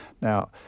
Now